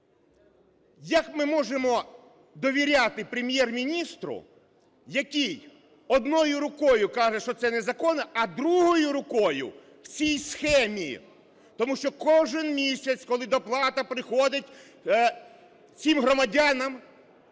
як ми можемо довіряти Прем'єр-міністру, який однією рукою каже, що це незаконно, а другою рукою - в цій схемі? Тому що кожен місяць, коли доплата приходить цим громадянам,